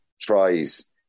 tries